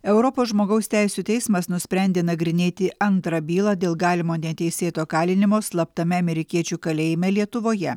europos žmogaus teisių teismas nusprendė nagrinėti antrą bylą dėl galimo neteisėto kalinimo slaptame amerikiečių kalėjime lietuvoje